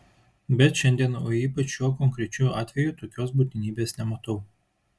bet šiandien o ypač šiuo konkrečiu atveju tokios būtinybės nematau